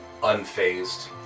unfazed